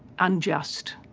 unjust